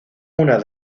una